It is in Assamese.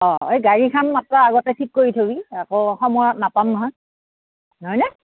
অঁ এই গাড়ীখন মাত্ৰ আগতে ঠিক কৰি থবি আকৌ নহ'লে নাপাম নহয় নহয়নে